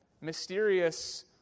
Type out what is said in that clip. mysterious